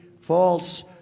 false